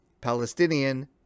Palestinian